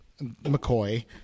McCoy